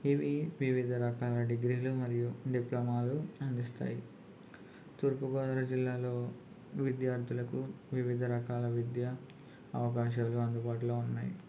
ఇవి వివిధ రకాల డిగ్రీలు మరియు డిప్లొమాలు అందిస్తాయి తూర్పు గోదావరి జిల్లాలో విద్యార్థులకు వివిధ రకాల విద్య అవకాశాలు అందుబాటులో ఉన్నాయి